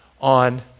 on